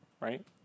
right